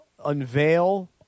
Unveil